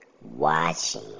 Watching